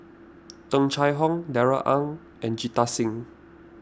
Tung Chye Hong Darrell Ang and Jita Singh